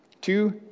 Two